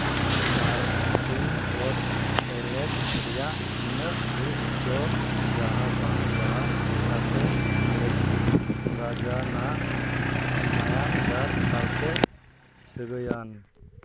ᱢᱟᱨᱠᱤᱱ ᱦᱚᱲ ᱮᱞᱮᱠ ᱨᱮᱭᱟᱜ ᱛᱤᱱᱟᱹᱜ ᱦᱤᱸᱥ ᱪᱚ ᱡᱟᱦᱟᱸ ᱵᱟᱝ ᱡᱟᱦᱟᱸ ᱞᱮᱠᱟᱛᱮ ᱤᱝᱨᱮᱡᱤ ᱨᱟᱡᱟᱱᱟᱜ ᱢᱟᱭᱟᱝ ᱜᱟᱨ ᱥᱟᱶᱛᱮ ᱥᱟᱹᱜᱟᱹᱭᱟᱱ